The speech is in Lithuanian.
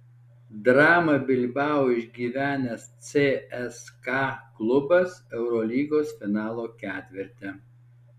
dramą bilbao išgyvenęs cska klubas eurolygos finalo ketverte